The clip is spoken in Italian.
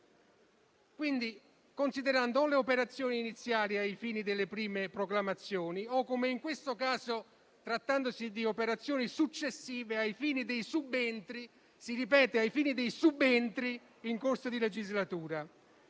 1993, considerando le operazioni iniziali ai fini delle prime proclamazioni o, come in questo caso, trattandosi di operazioni successive, ai fini dei subentri - ripeto, ai fini dei subentri - in corso di legislatura.